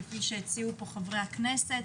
כפי שהציעו פה חברי הכנסת,